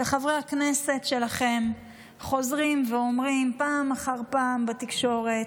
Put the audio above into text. וחברי הכנסת שלכם חוזרים ואומרים פעם אחר פעם בתקשורת.